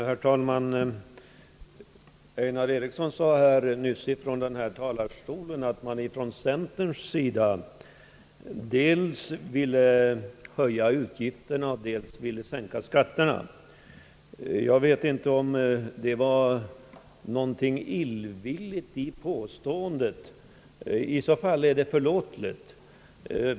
Herr talman! Herr Einar Eriksson sade nyss från denna talarstol att man från centerns sida dels ville höja utgifterna och dels ville sänka skatterna. Jag vet inte om det låg någonting illvilligt i påståendet. I så fall är det förlåtligt.